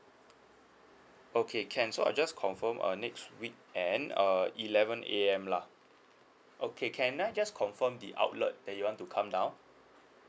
okay can so I just confirm uh next weekend uh eleven A_M lah okay can I just confirm the outlet that you want to come down